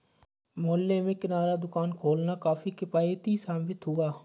मोहल्ले में किराना दुकान खोलना काफी किफ़ायती साबित हुआ